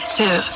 two